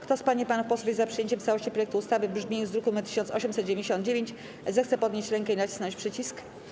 Kto z pań i panów posłów jest za przyjęciem w całości projektu ustawy w brzmieniu z druku nr 1899, zechce podnieść rękę i nacisnąć przycisk.